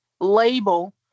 label